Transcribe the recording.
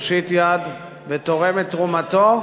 מושיט יד ותורם את תרומתו,